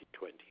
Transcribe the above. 2020